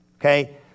Okay